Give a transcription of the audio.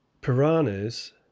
piranhas